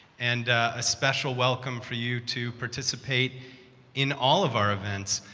and a special welcome for you to participate in all of our events.